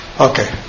Okay